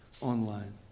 online